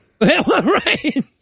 right